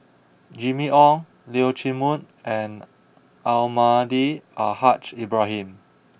Jimmy Ong Leong Chee Mun and Almahdi Al Haj Ibrahim